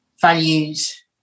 values